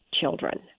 children